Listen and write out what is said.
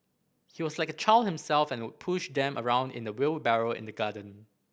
he was like a child himself and would push them around in a wheelbarrow in the garden